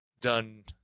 done